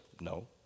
No